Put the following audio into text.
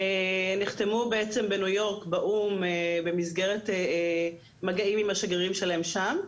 נחתמו בעצם בניו יורק באו"ם במסגרת עם השגרירים שלהם שם.